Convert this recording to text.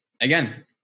again